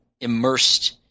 immersed